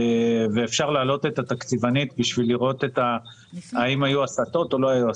אפשר להעלות את התקציבנית בשביל לראות האם היו הסטות או לא היו הסטות.